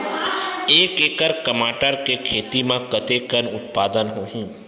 एक एकड़ टमाटर के खेती म कतेकन उत्पादन होही?